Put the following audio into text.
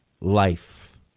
life